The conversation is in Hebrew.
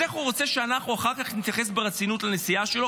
אז איך הוא רוצה שאחר כך נתייחס ברצינות לנסיעה שלו,